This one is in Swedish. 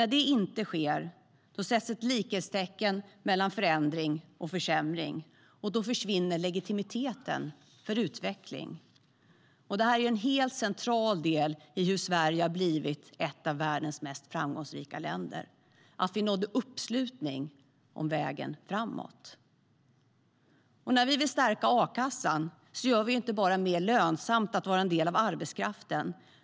När det inte sker sätts ett likhetstecken mellan förändring och försämring. Då försvinner legitimiteten för utveckling. Det här är en helt central del i hur Sverige har blivit ett av världens mest framgångsrika länder: Vi nådde uppslutning om vägen framåt. När vi vill stärka a-kassan gör vi det inte bara mer lönsamt att vara en del av arbetskraften.